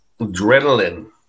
adrenaline